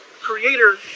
creator